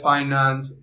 Finance